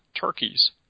turkeys